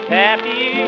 happy